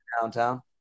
downtown